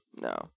No